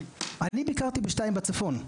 אני ביקרתי בשתיים בצפון,